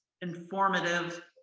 informative